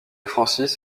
francis